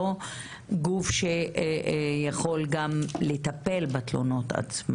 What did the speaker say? לא גוף שיכול גם לטפל בתלונות עצמן.